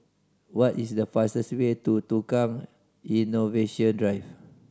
what is the fastest way to Tukang Innovation Drive